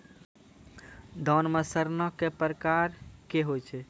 धान म सड़ना कै प्रकार के होय छै?